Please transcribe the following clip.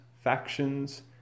factions